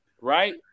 right